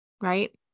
right